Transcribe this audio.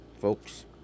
folks